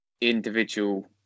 individual